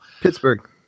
pittsburgh